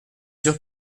sûr